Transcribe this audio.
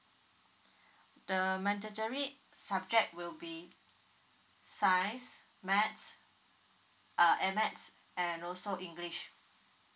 the mandatory subject will be science maths uh add maths and also english